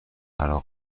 عراق